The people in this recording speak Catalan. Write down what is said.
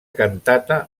cantata